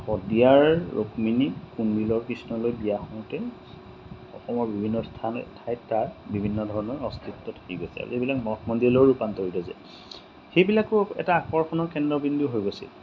শদিয়াৰ ৰুক্মিণী কুণ্ডিল্য়ৰ কৃষ্ণলৈ বিয়া হওঁতে অসমৰ বিভিন্ন স্থান ঠাইত তাৰ বিভিন্ন ধৰণৰ অস্তিত্ব হৈ গৈছে আৰু যিবিলাক মঠ মন্দিৰলৈ ৰূপান্তৰিত হৈছে সেইবিলাকো এটা আকৰ্ষণৰ কেন্দ্ৰবিন্দু হৈ গৈছে